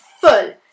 full